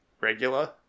regular